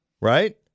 right